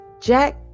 Jack